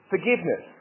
forgiveness